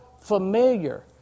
familiar